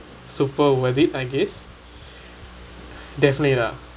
super worth it I guess definitely lah